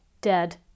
dead